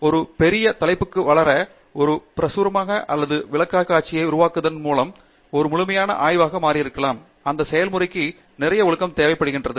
ஒரு பெரிய தலைப்புக்கு வளர ஒரு பிரசுரமாக அல்லது ஒரு விளக்கக்காட்சியை உருவாக்குவதன் மூலம் ஒரு முழுமையான ஆய்வாக மாறியிருக்கலாம் அந்த செயல்முறைக்கு நிறைய ஒழுக்கம் தேவைப்படுகிறது